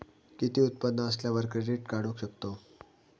किती उत्पन्न असल्यावर क्रेडीट काढू शकतव?